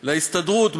להסתדרות,